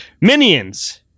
Minions